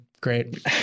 Great